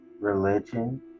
religion